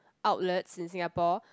outlets in Singapore